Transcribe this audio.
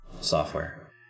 software